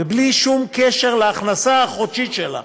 בלי שום קשר להכנסה החודשית שלה.